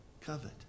covet